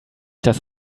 das